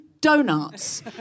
donuts